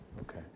Okay